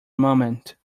moment